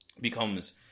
becomes